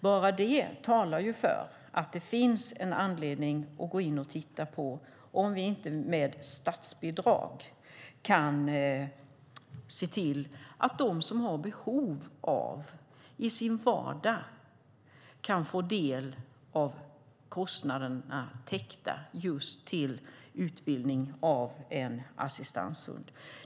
Bara det talar för att det finns anledning att titta på om vi inte med statsbidrag kan se till att de som i sin vardag har behov av en sådan hund får kostnaderna täckta till en utbildning av en assistanshund.